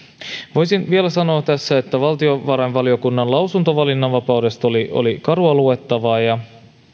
voisin vielä sanoa tässä että valtiovarainvaliokunnan lausunto valinnanvapaudesta oli oli karua luettavaa ja